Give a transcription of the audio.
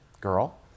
girl